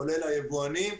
כולל היבואנים,